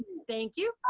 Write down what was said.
thank you.